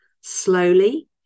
slowly